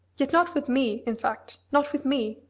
yet not with me, in fact not with me!